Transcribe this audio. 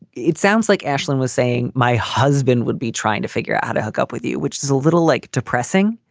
it sounds like ashley was saying my husband would be trying to figure out how to hook up with you, which is a little like depressing.